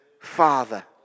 Father